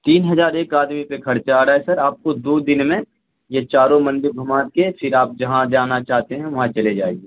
تین ہجار ایک آدمی پہ خرچ آ رہا ہے سر آپ کو دو دن میں یہ چاروں مندر گھما کے پھر آپ جہاں جانا چاہتے ہیں وہاں چلے جائیے